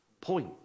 point